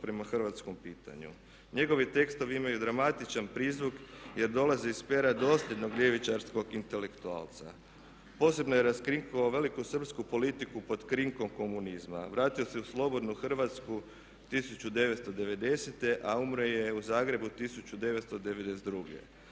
prema hrvatskom pitanju. Njegovi tekstovi imaju dramatičan prizvuk jer dolaze iz pera dosljednog ljevičarskog intelektualca. Posebno je raskrinkao velikosrpsku politiku pod krinkom komunizma. Vratio se u slobodnu Hrvatsku 1990., a umro je u Zagrebu 1992.